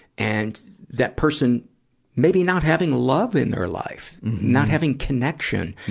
and that person maybe not having love in their life. not having connection.